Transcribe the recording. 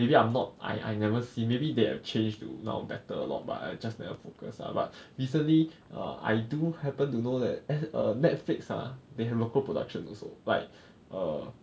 may be I am not I I never seen maybe they have changed to now better lor but I just never focus ah but recently I do happen to know that eh err Netflix ah they have local production also like err